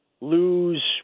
lose